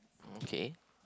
okay